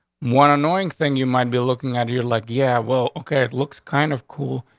one annoying thing you might be looking at your like. yeah, well, okay. it looks kind of cool.